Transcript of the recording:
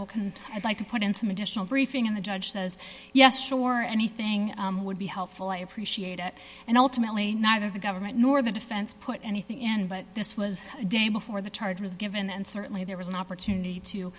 to put in some additional briefing and the judge says yes sure anything would be helpful i appreciate it and ultimately neither the government nor the defense put anything in but this was a day before the charge was given and certainly there was an opportunity to